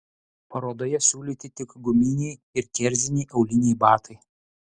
parodoje siūlyti tik guminiai ir kerziniai auliniai batai